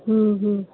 હમ હમ